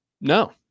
No